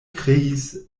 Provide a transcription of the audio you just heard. kreis